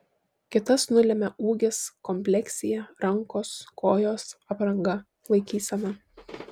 kitas nulemia ūgis kompleksija rankos kojos apranga laikysena